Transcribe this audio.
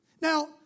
Now